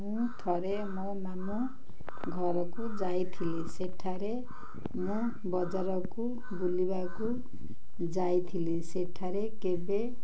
ମୁଁ ଥରେ ମୋ ମାମୁଁ ଘରକୁ ଯାଇଥିଲି ସେଠାରେ ମୁଁ ବଜାରକୁ ବୁଲିବାକୁ ଯାଇଥିଲି ସେଠାରେ କେବେ